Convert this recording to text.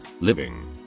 living